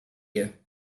you